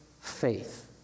faith